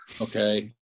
okay